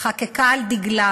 חקקו על דגלם